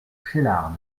cheylard